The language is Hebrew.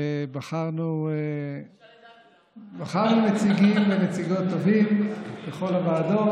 ובחרנו נציגים ונציגות טובים לכל הוועדות.